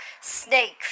snake